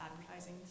advertising